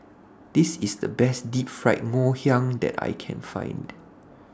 This IS The Best Deep Fried Ngoh Hiang that I Can Find